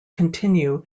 continue